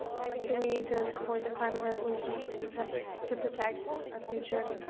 and i think that we need to support the climate resolution to prevent to protect our future